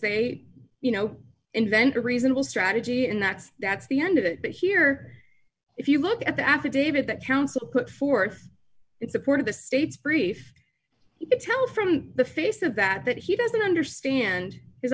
they you know invent a reasonable strategy and that's that's the end of it but here if you look at the affidavit that counsel put forth in support of the state's brief he tell from the face of that that he doesn't understand his